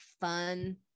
fun